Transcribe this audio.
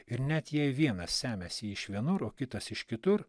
ir net jei vienas semiasi iš vienur o kitas iš kitur